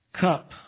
cup